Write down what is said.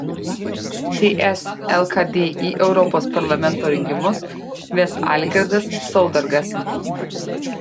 ts lkd į europos parlamento rinkimus ves algirdas saudargas